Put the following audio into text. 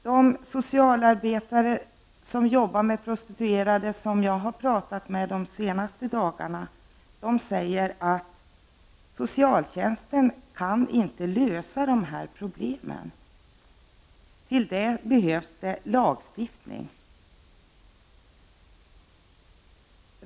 De socialarbetare som jag under de senaste da garna har talat med och som jobbar med prostituterade säger att socialtjänsten inte kan lösa dessa problem. För detta behövs det lagstiftning.